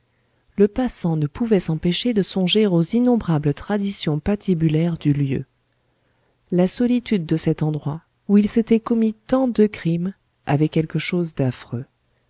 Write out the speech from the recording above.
le passant ne pouvait s'empêcher de songer aux innombrables traditions patibulaires du lieu la solitude de cet endroit où il s'était commis tant de crimes avait quelque chose d'affreux